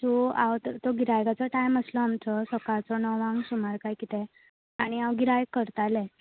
so हांव तो गिरायकाचो टायम आसलो आमचो सकाळचो णवांक सुमार काय कितें आनी हांव गिरायक करताले